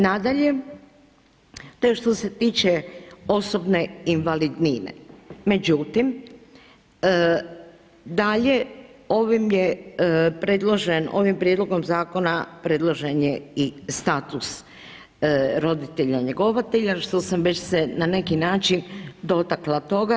Nadalje, to je što se tiče osobne invalidnine međutim dalje ovim je predložen, ovim prijedlogom zakona predložen je i status roditelja njegovatelja što sam već se na neki način dotakla toga.